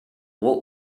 what